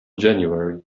january